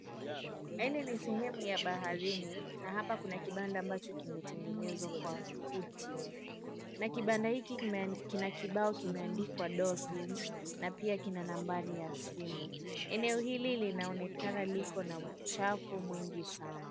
Hili ni sehemu ya baharini na hapa kuna kibanda ambacho kimetengenezwa kwa kuti na kibanda hiki kina kibao kimeandikwa Dolphine na pia kina nambari ya simu. Eneo hili linaonekana liko na uchafu mwingi sana.